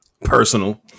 personal